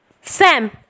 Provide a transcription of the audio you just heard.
Sam